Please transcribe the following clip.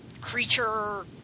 creature